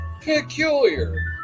Peculiar